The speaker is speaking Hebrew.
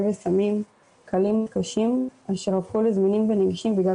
וסמים קלים או קשים אשר הפכו לזמינים ונגישים בגלל